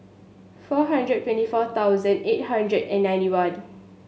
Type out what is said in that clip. four hundred twenty four thousand eight hundred and ninety one